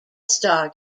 star